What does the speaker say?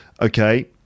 okay